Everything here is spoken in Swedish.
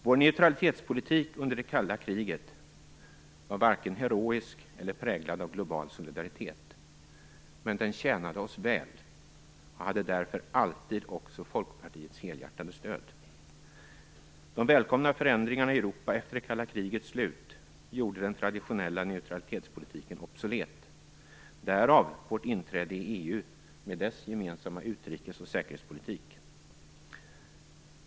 Vår neutralitetspolitik under det kalla kriget var varken heroisk eller präglad av global solidaritet. Men den tjänade oss väl och hade därför alltid också Folkpartiets helhjärtade stöd. De välkomna förändringarna i Europa efter det kalla krigets slut gjorde den traditionella neutralitetspolitiken obsolet. Därav vårt inträde i EU med dess gemensamma utrikes och säkerhetspolitik.